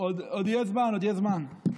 עוד יהיה זמן, עוד יהיה זמן.